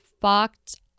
fucked